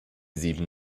sieben